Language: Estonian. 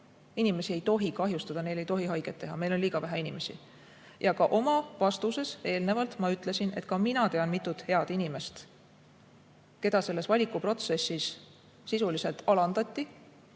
Inimesi ei tohi kahjustada, neile ei tohi haiget teha, meil on liiga vähe inimesi. Oma vastuses eelnevalt ma ütlesin, et minagi tean mitut head inimest, keda selles valikuprotsessis sisuliselt alandati.